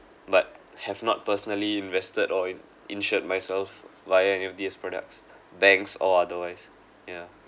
but have not personally invested or in~ insured myself while knew these products banks or otherwise you know